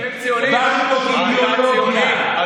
באנו לפה כאידיאולוגיה,